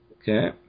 Okay